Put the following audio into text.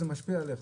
זה משפיע עליך